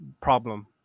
problem